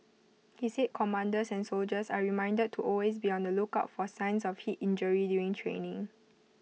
he said commanders and soldiers are reminded to always be on the lookout for signs of heat injury during training